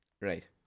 right